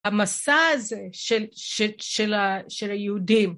המסע הזה של היהודים